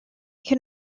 can